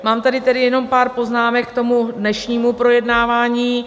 Mám tady tedy jenom pár poznámek k dnešnímu projednávání.